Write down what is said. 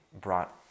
brought